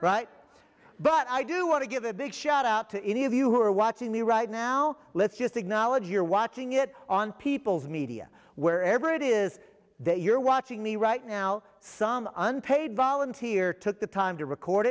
right but i do want to give a big shout out to any of you who are watching me right now let's just acknowledge you're watching it on people's media wherever it is that you're watching me right now some unpaid volunteer took the time to record